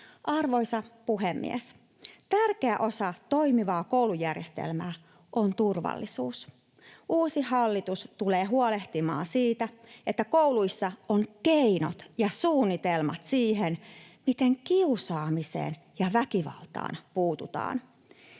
Arvoisa puhemies! Tärkeä osa toimivaa koulujärjestelmää on turvallisuus. Uusi hallitus tulee huolehtimaan siitä, että kouluissa on keinot ja suunnitelmat siihen, miten kiusaamiseen ja väkivaltaan puututaan.